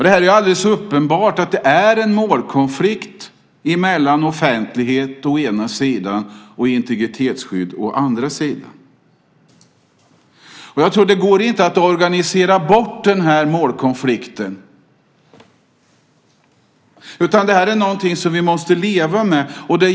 Det finns alldeles uppenbart en målkonflikt mellan å ena sidan offentlighet och å andra sidan integritetsskydd. Jag tror inte att det är möjligt att organisera bort målkonflikten, utan det är något som vi måste leva med.